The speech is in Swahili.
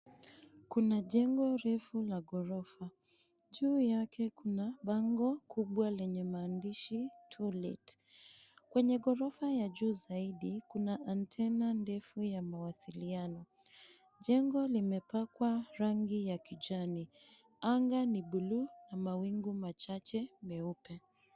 Kuna jengo refu la gorofa, juu yake kuna bango kubwa lenye maandishi To Let . Kwenye gorofa ya juu zaidi kuna antena ndefu ya mawasiliano. Jengo limepakwa rangi ya kijani. Anga ni bluu na mawingu machache meupe.